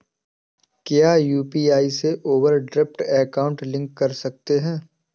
क्या यू.पी.आई से overdraft account link कर सकते हैं?